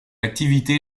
activité